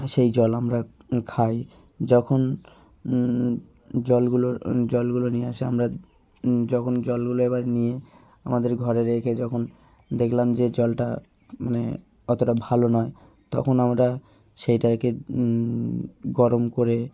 সেই জল আমরা খাই যখন জলগুলো জলগুলো নিয়ে আসে আমরা যখন জলগুলো এবার নিয়ে আমাদের ঘরে রেখে যখন দেখলাম যে জলটা মানে অতটা ভালো নয় তখন আমরা সেটাকে গরম করে